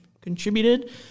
contributed